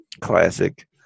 Classic